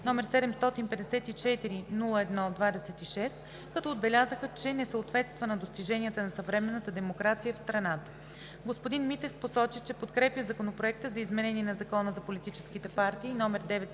№ 754-01-26, като отбелязаха, че не съответства на достиженията на съвременната демокрация в страната. Господин Митев посочи, че подкрепя Законопроект за изменение на Закона за политическите партии,